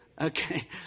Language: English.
Okay